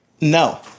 No